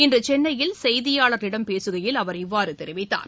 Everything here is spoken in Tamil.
இன்று சென்னையில் செய்தியாளர்களிம் பேசுகையில் அவர் இவ்வாறு தெரிவித்தார்